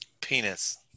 Penis